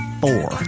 four